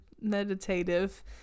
meditative